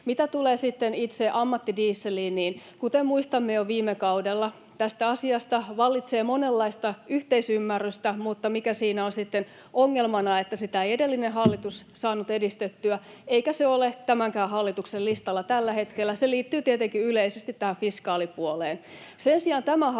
Mitä tulee sitten itse ammattidieseliin, niin kuten muistamme jo viime kaudelta, tästä asiasta vallitsee monenlaista yhteisymmärrystä, mutta se, mikä siinä on sitten ongelmana niin, että sitä ei edellinen hallitus saanut edistettyä eikä se ole tämänkään hallituksen listalla tällä hetkellä, [Antti Kurvinen: Miksei?] liittyy tietenkin yleisesti tähän fiskaalipuoleen. Sen sijaan tämä hallitus